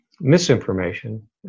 misinformation